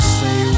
say